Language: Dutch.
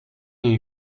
een